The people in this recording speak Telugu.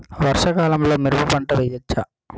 వర్షాకాలంలో మిరప పంట వేయవచ్చా?